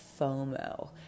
FOMO